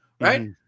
right